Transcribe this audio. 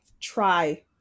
try